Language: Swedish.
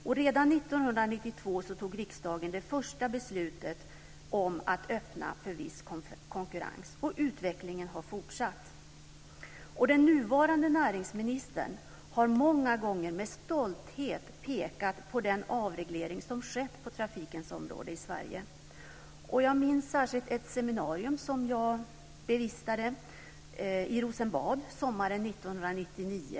Redan 1992 fattade riksdagen det första beslutet om att öppna för viss konkurrens. Utvecklingen har fortsatt. Den nuvarande näringsministern har många gånger med stolthet pekat på den avreglering som har skett på trafikens område i Sverige. Jag minns särskilt ett seminarium som jag bevistade i Rosenbad sommaren 1999.